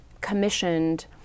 commissioned